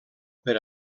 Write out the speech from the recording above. per